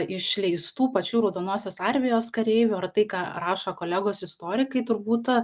išleistų pačių raudonosios armijos kareivių ar tai ką rašo kolegos istorikai turbūt